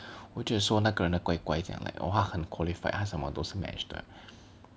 我觉得说那个人呢怪怪这样的 like !wah! 他很 qualified 他什么都是 match 的